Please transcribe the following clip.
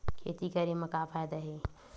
खेती करे म का फ़ायदा हे?